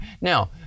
Now